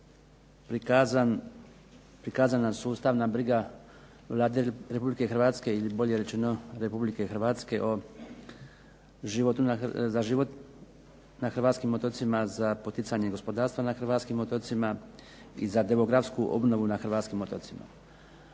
prikazana sustavna briga Vlade Republike Hrvatske ili bolje rečeno Republike Hrvatske o životu na, za život na hrvatskim otocima za poticanje gospodarstva na hrvatskim otocima, i za demografsku obnovu na hrvatskim otocima.